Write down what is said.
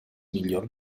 miglior